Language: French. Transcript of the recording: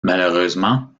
malheureusement